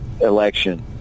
election